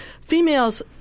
Females